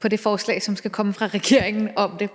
på det forslag, som skal komme fra regeringen om det.